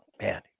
man